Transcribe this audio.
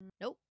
nope